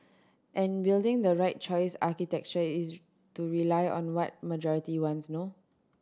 and building the right choice architecture is to rely on what majority wants no